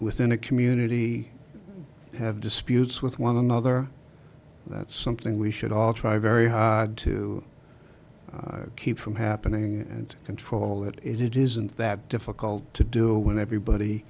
within a community have disputes with one another and that's something we should all try very hard to keep from happening and control that it isn't that difficult to do when everybody